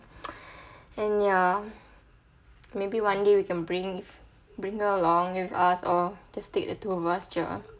and ya maybe one day we can bring bring her along with us or just stay the two of us jer